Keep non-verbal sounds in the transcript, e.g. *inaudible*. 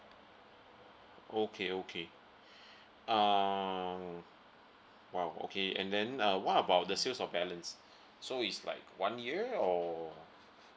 okay okay *breath* uh !wow! okay and then uh what about the sales of balance *breath* so it's like one year or